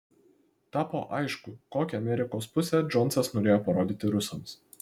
tapo aišku kokią amerikos pusę džonsas norėjo parodyti rusams